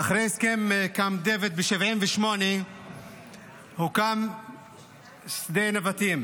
אחרי הסכם קמפ דיוויד ב-1978 הוקם שדה נבטים